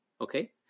okay